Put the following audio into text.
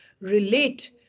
relate